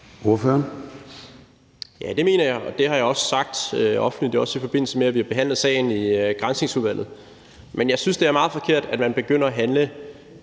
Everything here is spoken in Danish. Jarlov (KF): Ja, det mener jeg, og det har jeg også sagt offentligt – også i forbindelse med at vi har behandlet sagen i Granskningsudvalget. Men jeg synes, det er meget forkert, at man begynder at handle